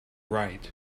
right